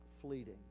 fleeting